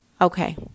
Okay